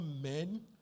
men